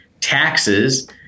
taxes